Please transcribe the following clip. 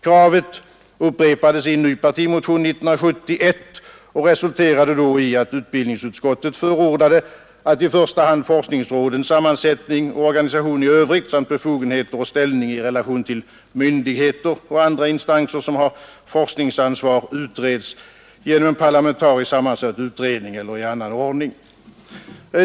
Kravet upprepades i en ny partimotion 1971 och resulterade då i att utbildningsutskottet förordade att i första hand forskningsrådens sammansättning och organisation i övrigt samt befogenheter och ställning i relation till myndigheter och andra instanser som har forskningsansvar utreds genom en parlamentariskt sammansatt utredning eller i annan ordning.